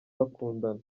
bakundana